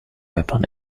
weapon